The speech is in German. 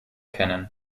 kennen